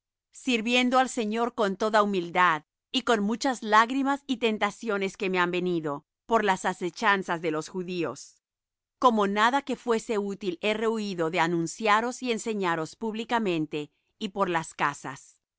sirviendo al señor con toda humildad y con muchas lágrimas y tentaciones que me han venido por las asechanzas de los judíos cómo nada que fuese útil he rehuído de anunciaros y enseñaros públicamente y por las casas